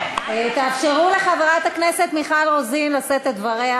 תאפשרו לחברת הכנסת מיכל רוזין לשאת את דבריה.